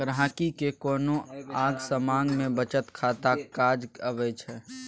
गांहिकी केँ कोनो आँग समाँग मे बचत खाता काज अबै छै